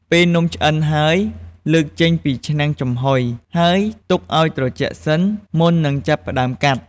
ពេលនំឆ្អិនហើយ លើកចេញពីឆ្នាំងចំហុយ ហើយទុកឲ្យត្រជាក់សិន មុននឹងចាប់ផ្ដើមកាត់។